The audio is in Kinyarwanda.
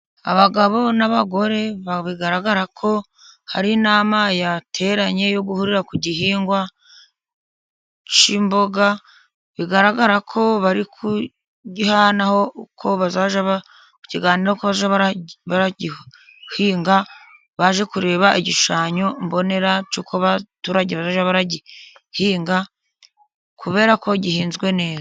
Abagabo n'abagore bigaragara ko hari inama yateranye yo guhurira ku gihingwa cy'imboga, bigaragara ko bari ku gihana ho, uko baza ku kiganiraho uko baragihinga, baje kureba igishushanyo mbonera cy'uko baragihinga, kubera ko gihinzwe neza.